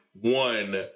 one